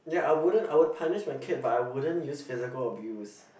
ya I wouldn't I would punish my kid but I wouldn't use physical abuse